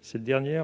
celui-ci